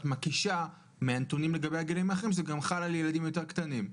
את מקישה מהנתונים לגבי הגילים האחרים שזה גם חל על ילדים יותר קטנים.